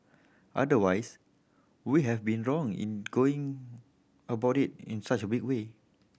otherwise we have been wrong in going about it in such big way